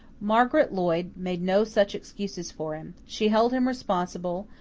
margaret lloyd made no such excuses for him she held him responsible,